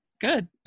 Good